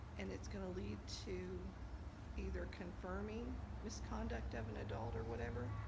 and it's gonna lead to either confirming misconduct of an adult or whatever.